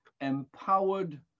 empowered